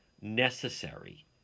necessary